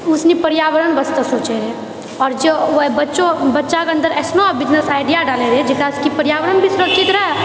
उसमे पर्यावरण पर सोचै है आओर जो बच्चो बच्चाके अन्दर ऐसनो इतना बिजनेस आइडिया डाले रहै जेकरासँ कि पर्यावरण भी सुरक्षित रहै है